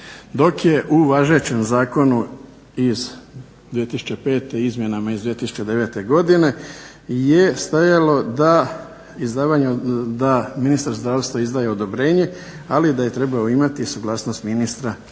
dok je u važećem zakonu iz 2005. i izmjenama iz 2009. godine je stajalo da ministar zdravstva izdaje odobrenje, ali da je trebao imati suglasnost ministra